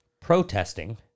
protesting